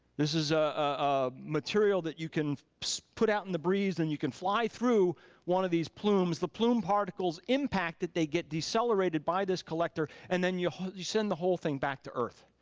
this is a material that you can so put out in the breeze and you can fly through one of these plumes, the plume particles impact it, they get decelerated by this collector and then you you send the whole thing back to earth.